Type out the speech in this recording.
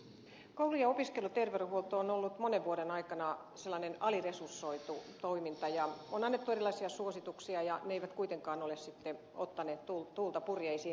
koulu ja opiskeluterveydenhuolto on ollut monen vuoden aikana sellainen aliresursoitu toiminta ja on annettu erilaisia suosituksia ja ne eivät kuitenkaan ole ottaneet tuulta purjeisiin